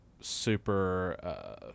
super –